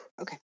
Okay